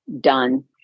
done